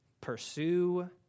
Pursue